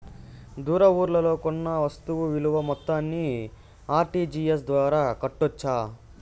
దూర ఊర్లలో కొన్న వస్తు విలువ మొత్తాన్ని ఆర్.టి.జి.ఎస్ ద్వారా కట్టొచ్చా?